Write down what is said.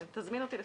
תזמין אותי לפעמים,